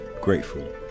grateful